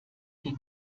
den